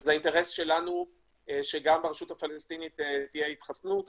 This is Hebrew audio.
וזה אינטרס שלנו שגם ברשות הפלסטינאית תהיה התחסנות.